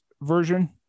version